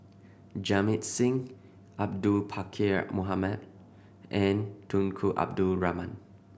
Jamit Singh Abdul Pakkeer Mohamed and Tunku Abdul Rahman